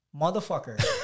motherfucker